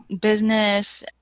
business